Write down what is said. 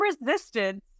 resistance